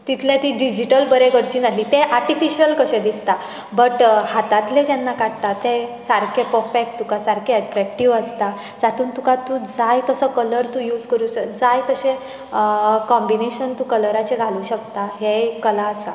तितलें ती डिजीटल बरें करची नासली ते आर्टिफिशल कशें दिसतां बट हातांतलें जेन्ना काडटा तेन्ना तें सारकें परफेक्ट तुका सारकें ऐट्रेक्टीव आसता जातूंत तुका तूं जाय तसो कलर तूं यूज जाय तशें कोंबिनिशन तूं कलराचें घालूंक शकता हें एक कला आसा